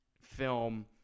film